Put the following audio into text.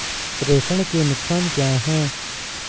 प्रेषण के नुकसान क्या हैं?